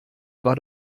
war